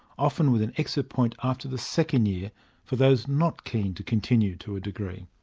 often with an exit point after the second year for those not keen to continue to a degree.